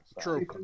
True